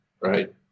right